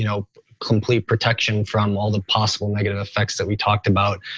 you know complete protection from all the possible negative effects that we talked about.